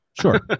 Sure